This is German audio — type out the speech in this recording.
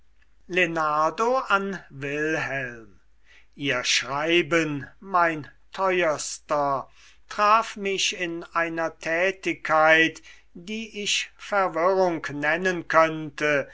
an wilhelm ihr schreiben mein teuerster traf mich in einer tätigkeit die ich verwirrung nennen könnte